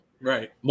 Right